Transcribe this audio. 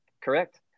Correct